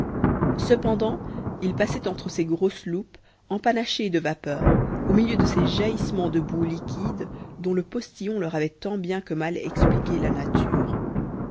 cependant ils passaient entre ces grosses loupes empanachées de vapeurs au milieu de ces jaillissements de boue liquide dont le postillon leur avait tant bien que mal expliqué la nature